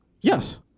Yes